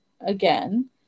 again